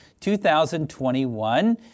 2021